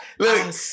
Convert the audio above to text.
Look